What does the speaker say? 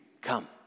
come